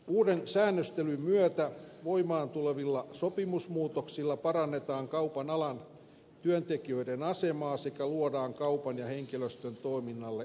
uuden säännöstelyn myötä voimaan tulevilla sopimusmuutoksilla parannetaan kaupan alan työntekijöiden asemaa sekä luodaan kaupan ja henkilöstön toiminnalle vakaa toimintapohja